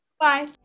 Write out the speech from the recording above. Bye